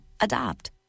Adopt